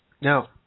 Now